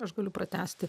aš galiu pratęsti